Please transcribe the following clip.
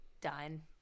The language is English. done